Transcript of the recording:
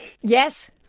Yes